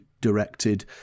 directed